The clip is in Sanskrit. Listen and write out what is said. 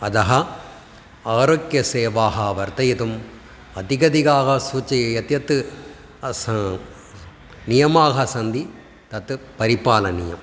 अतः आरोग्यसेवाः वर्धयितुम् अधिकाधिकाः सूचयेत् यत्यत् अस् नियमाः सन्ति तत् परिपालनीयम्